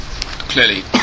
clearly